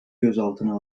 gözaltına